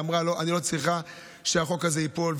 היא אמרה: אני לא צריכה שהחוק הזה ייפול,